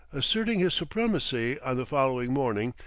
asserting his supremacy on the following morning,